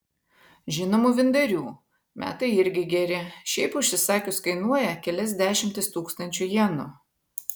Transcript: žinomų vyndarių metai irgi geri šiaip užsisakius kainuoja kelias dešimtis tūkstančių jenų